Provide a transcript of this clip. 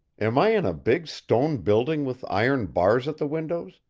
am i in a big stone building with iron bars at the windows,